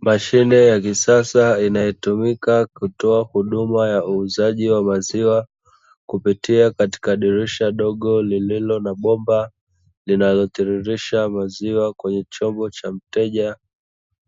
Mashine ya kisasa inayotumika kutoa huduma ya uuzaji wa maziwa, Kupitia katika dirisha dogo lililo na bomba linalotiririsha maziwa kwenye chombo cha mteja